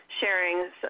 sharing